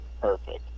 perfect